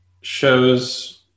shows